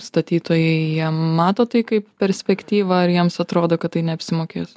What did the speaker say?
statytojai jie mato tai kaip perspektyvą ar jiems atrodo kad tai neapsimokės